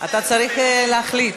אתה צריך להחליט.